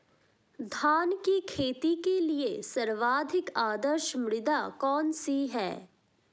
धान की खेती के लिए सर्वाधिक आदर्श मृदा कौन सी है?